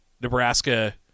Nebraska